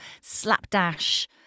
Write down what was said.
slapdash